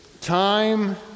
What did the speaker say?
time